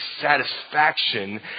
satisfaction